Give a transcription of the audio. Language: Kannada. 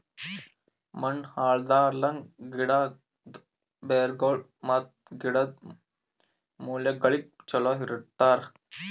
ಮಣ್ಣ ಹಾಳ್ ಆಗ್ಲಾರ್ದಂಗ್, ಗಿಡದ್ ಬೇರಗೊಳ್ ಮತ್ತ ಗಿಡದ್ ಮೂಲೆಗೊಳಿಗ್ ಚಲೋ ಇಡತರ್